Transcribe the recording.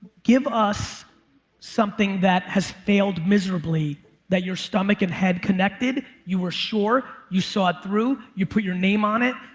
give us something that has failed miserably that your stomach and head connected you were sure, you saw it through, you put your name on it,